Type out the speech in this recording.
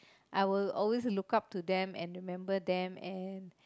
I will always look up to them and remember them and